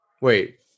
Wait